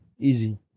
Easy